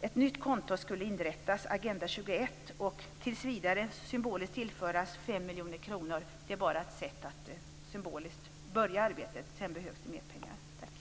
ett nytt konto skulle inrättas, Agenda 21, och tills vidare symboliskt tillföras 5 miljoner kronor. Det är ett sätt att symboliskt börja arbetet. Sedan behövs det mer pengar. Tack.